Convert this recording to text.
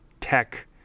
tech